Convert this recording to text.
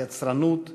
היצרנות והיצירתיות.